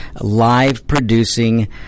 live-producing